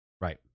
Right